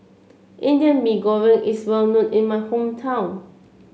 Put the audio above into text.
Indian Mee Goreng is well known in my hometown